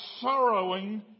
sorrowing